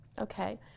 okay